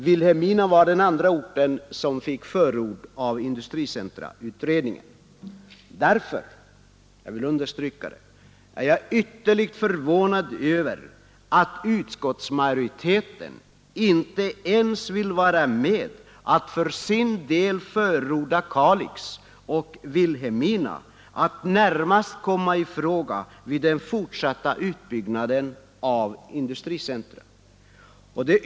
Vilhelmina var den andra orten som fick förord av industricentrautredningen. Därför är jag ytterligt förvånad över att utskottsmajoriteten inte vill vara med om att förorda att Kalix och Vilhelmina närmast skall komma i fråga vid den fortsatta utbyggnaden av industricentra.